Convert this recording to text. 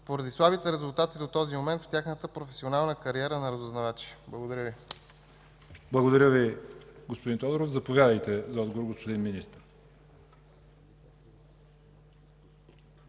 поради слабите резултати до този момент в тяхната професионална кариера на разузнавачи? Благодаря Ви. ПРЕСЕДАТЕЛ ЯВОР ХАЙТОВ: Благодаря Ви, господин Тодоров. Заповядайте за отговор, господин Министър.